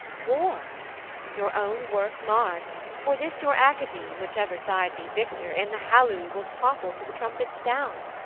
war your own work marred for this your academe, whichever side be victor, in the halloo will topple to the trumpet down,